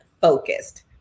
focused